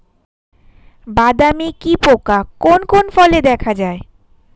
বাদামি কি পোকা কোন কোন ফলে দেখা যায়?